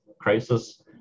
crisis